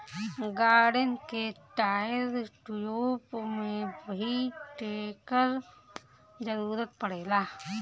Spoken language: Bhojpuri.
गाड़िन के टायर, ट्यूब में भी एकर जरूरत पड़ेला